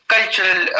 Cultural